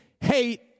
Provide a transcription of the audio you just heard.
hate